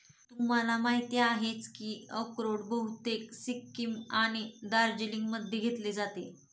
तुम्हाला माहिती आहेच की अक्रोड बहुतेक सिक्कीम आणि दार्जिलिंगमध्ये घेतले जाते